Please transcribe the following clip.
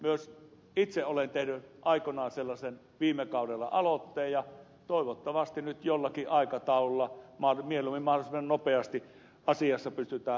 myös itse olen tehnyt aikoinani viime kaudella sellaisen aloitteen ja toivottavasti nyt jollakin aikataululla mieluummin mahdollisimman nopeasti asiassa pystytään etenemään